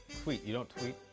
tweet. you don't tweet?